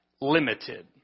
limited